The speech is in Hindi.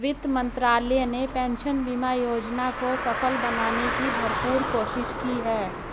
वित्त मंत्रालय ने पेंशन बीमा योजना को सफल बनाने की भरपूर कोशिश की है